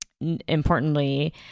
importantly